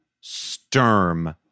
Sturm